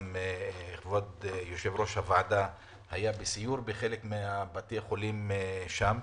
וגם כבוד יושב-ראש הוועדה היה בסיור בחלק מבתי החולים שם.